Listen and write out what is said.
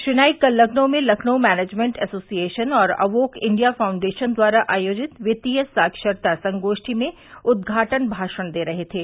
श्री नाईक कल लखनऊ में Lucknow management association और अवोक इंडिया फाउण्डेशन द्वारा आयोजित वित्तीय साक्षरता संगोध्वी में उद्घाटन भाषण दे रहे थे